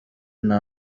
nta